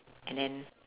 and then